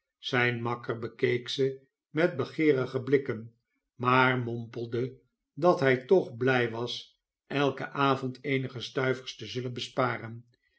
zijn makker bekeek ze met begeerige blikken maar mompelde dat hij toch blij was elken avond eenige stuivers te zullen besparen